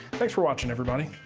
thanks for watching, everybody.